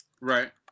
Right